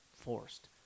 forced